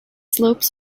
slopes